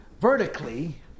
vertically